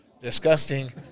disgusting